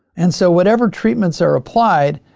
and so whatever treatments are applied,